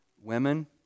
women